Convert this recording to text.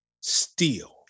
steal